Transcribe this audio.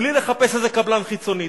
בלי לחפש איזה קבלן חיצוני.